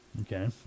Okay